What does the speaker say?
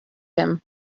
him